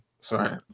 Sorry